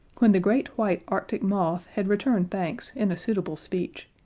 when the great white arctic moth had returned thanks in a suitable speech,